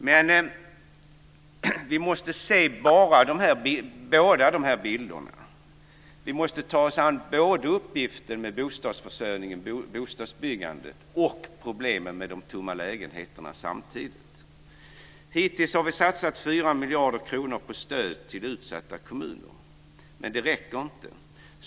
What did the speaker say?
Men vi måste se båda de här bilderna. Vi måste ta oss an både uppgiften att trygga bostadsförsörjningen och bostadsbyggandet och problemen med de tomma lägenheterna samtidigt. Hittills har vi satsat 4 miljarder kronor på stöd till utsatta kommuner, men det räcker inte.